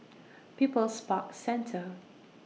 People's Park Centre